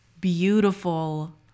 beautiful